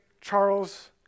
Charles